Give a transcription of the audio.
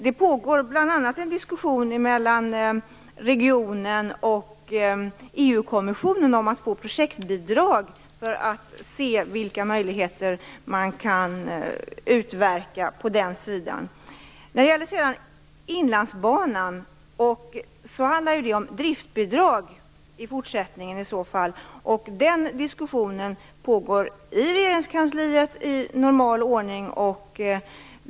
Det pågår bl.a. en diskussion mellan regionen och EU kommissionen om projektbidrag för att se vilka möjligheter som kan utverkas. När det gäller Inlandsbanan handlar det om fortsatta driftbidrag. Den diskussionen pågår i Regeringskansliet i normal ordning.